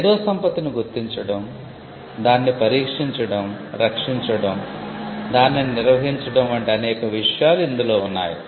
మేధోసంపత్తిని గుర్తించడం మేధో సంపత్తిని పరీక్షించడం మేధోసంపత్తిని రక్షించడం దానిని నిర్వహించడం వంటి అనేక విషయాలు ఇందులో ఉన్నాయి